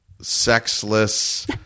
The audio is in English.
sexless